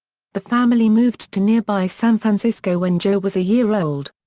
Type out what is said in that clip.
the family moved to nearby san francisco when joe was a year old.